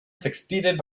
succeeded